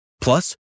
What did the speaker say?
Plus